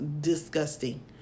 disgusting